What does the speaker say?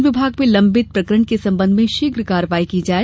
one विभाग में लंबित प्रकरण के संबंध में शीघ्र कार्रवाई की जाये